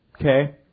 okay